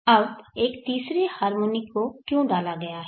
अब एक तीसरे हार्मोनिक को क्यों डाला गया है